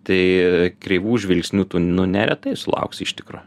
tai kreivų žvilgsnių tu nu neretai sulauksi iš tikro